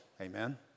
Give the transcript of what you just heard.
Amen